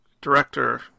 director